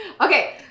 Okay